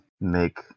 make